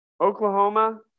Oklahoma